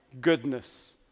Goodness